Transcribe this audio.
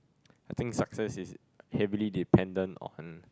I think success is heavily dependent on